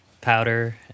powder